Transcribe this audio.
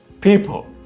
people